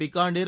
Bikaner